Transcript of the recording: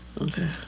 Okay